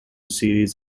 series